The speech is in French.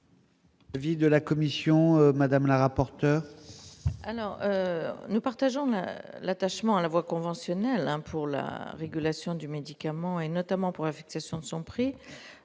Avis de la commission madame la rapporteure.